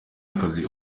akazi